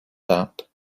that